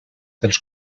dels